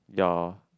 ya